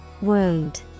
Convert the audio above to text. Wound